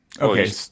Okay